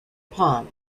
pond